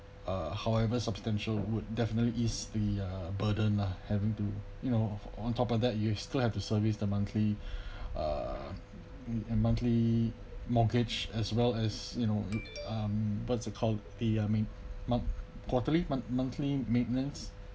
uh however substantial would definitely is the uh burden lah having to you know on top of that you still have to service the monthly uh a monthly mortgage as well as you know um what's it called the I mean month quarterly month monthly maintenance